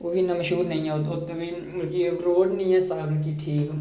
ते ओह्बी इन्ना मश्हूर निं ऐ उत्त बी मतलब रोड़ निं ऐ बाकी सब ठीक